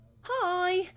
hi